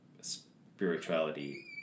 spirituality